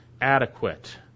adequate